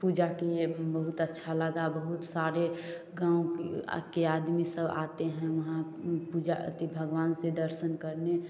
पूजा किए बहुत अच्छा लगा बहुत सारे गाँव के आदमी सब आते हैं वहाँ पूजा भगवान से दर्शन करने